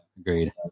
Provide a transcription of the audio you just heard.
agreed